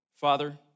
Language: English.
Father